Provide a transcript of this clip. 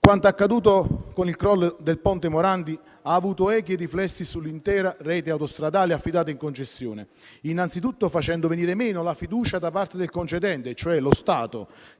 Quanto accaduto con il crollo del ponte Morandi ha avuto echi e riflessi sull'intera rete autostradale affidata in concessione, innanzitutto facendo venir meno la fiducia da parte del concedente, cioè lo Stato, che